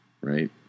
right